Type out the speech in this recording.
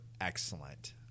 excellent